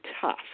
tough